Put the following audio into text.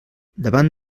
davant